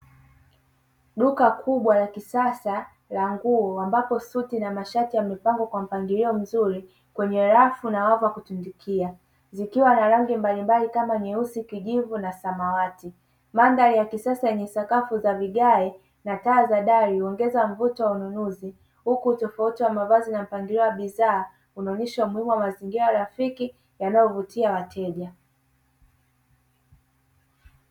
Duka kubwa la kisasa la nguo ambapo suti na mashati yamepangwa kwa mpangilio mzuri kwenye rafu na wavu wa kutundikia. Zikiwa na rangi mbalimbali kama nyeusi, kijivu na samawati. Mandhari ya kisasa yenye sakafu za vigae na taa za dari huongeza mvuto wa ununuzi. Huku tofauti ya mavazi na mpangilio wa bidhaa huonesha muhimu wa mazingira rafiki yanayovutia wateja.